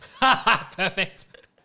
Perfect